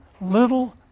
little